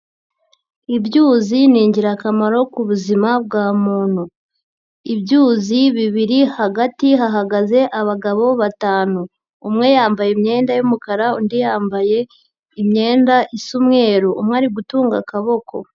Ibyuzi ni ingirakamaro ku buzima bwa muntu. Ibyuzi bibiri hagati hahagaze abagabo batanu. Umwe yambaye imyenda y'umukara undi yambaye imyenda isa umweru. Umwe ari gutunga akaboko.